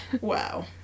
wow